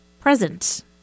present